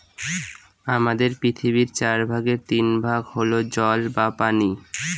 আমাদের পৃথিবীর চার ভাগের তিন ভাগ হল জল বা পানি